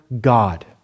God